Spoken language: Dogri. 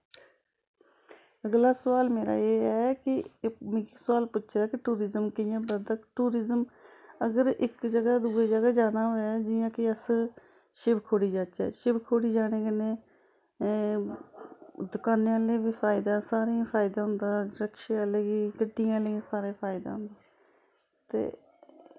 अगला सोआल मेरा एह् ऐ कि सोआल पुच्छे दा कि टूरिजम कि'यां बद्ध दा टूरिजम अगर इक जगाह् दा दुई जगाह् जाना होऐ जि'यां कि अस शिवखोड़ी जाच्चै शिवखोड़ी जाने कन्नै दकानें आह्लें बी फायदा सारें गी फायदा होंदा रिक्शे आह्लें गी गड्डियें आह्लें गी सारें फायदा होंदा ते